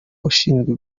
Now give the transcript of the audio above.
ushinzwe